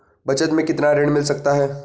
बचत मैं कितना ऋण मिल सकता है?